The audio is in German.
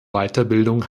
weiterbildung